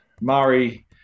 Murray